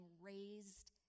raised